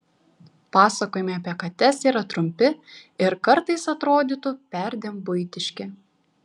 pasakojimai apie kates yra trumpi ir kartais atrodytų perdėm buitiški